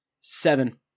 Seven